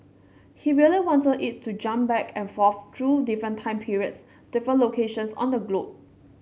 he really wanted it to jump back and forth through different time periods different locations on the globe